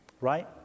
right